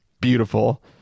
beautiful